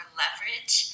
leverage